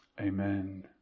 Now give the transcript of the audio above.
Amen